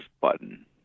button